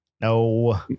No